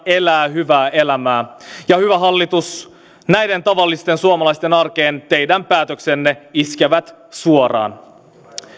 elää hyvää elämää ja hyvä hallitus näiden tavallisten suomalaisten arkeen teidän päätöksenne iskevät suoraan